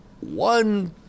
one